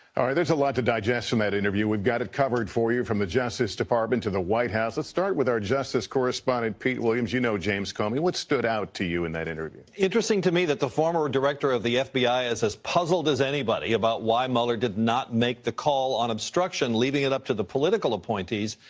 all right, there's a lot to digest from that interview. we've got it covered for you from the justice department to the white house. let's start with our justice correspondent pete williams. you know james comey. what stood out to you in that interview? interesting to me the former director of the fbi is as puzzled as anybody about why mueller did not make the call on obstruction, leaving it up to the political appointees.